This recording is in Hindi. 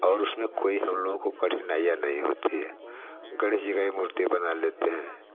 और उसमें कोई हम लोगों को कठिनाइयाँ नहीं होती है गणेश जी का भी मूर्ति बना लेते हैं